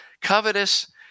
covetous